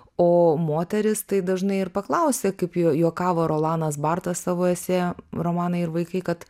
o moteris tai dažnai ir paklausia kaip juokavo rolanas bartas savo esė romanai ir vaikai kad